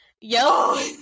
yo